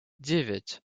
девять